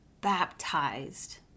baptized